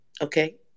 okay